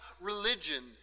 religion